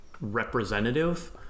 representative